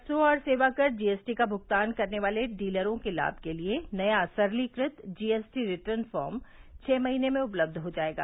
वस्त् और सेवा कर जी एस टी का भ्गतान करने वाले डीलरों के लाभ के लिए नया सरलीकृत G S T return form छह महीने में उपलब्ध हो जाएगा